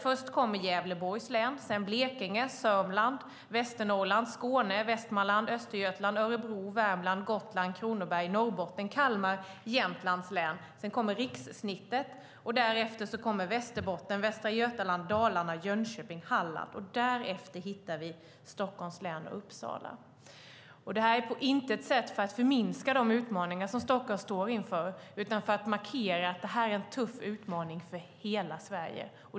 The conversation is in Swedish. Först kommer Gävleborgs län, och sedan kommer Blekinge, Södermanland, Västernorrland, Skåne, Västmanland, Östergötland, Örebro, Värmland, Gotland, Kronoberg, Norrbotten, Kalmar och Jämtland. Sedan kommer rikssnittet, och därefter kommer Västerbotten, Västra Götaland, Dalarna, Jönköping och Halland. Därefter hittar vi Stockholms län och Uppsala. Det säger jag på intet sätt för att förminska de utmaningar som Stockholm står inför utan för att markera att det är en tuff utmaning för hela Sverige.